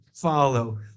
follow